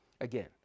again